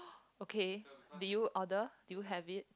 okay did you order did you have it